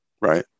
Right